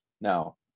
Now